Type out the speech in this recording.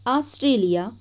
Australia